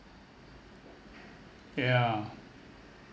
yeah